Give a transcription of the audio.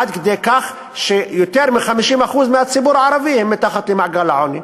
עד כדי כך שיותר מ-50% מהציבור הערבי הם מתחת לקו העוני.